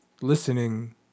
listening